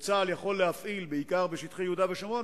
וצה"ל יכול להחליט, בעיקר בשטחי יהודה ושומרון,